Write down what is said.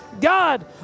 God